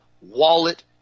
wallet